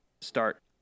start